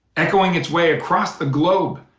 echoing its way across the globe.